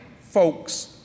folks